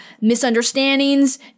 misunderstandings